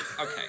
okay